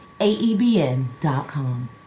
aebn.com